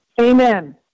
Amen